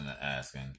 Asking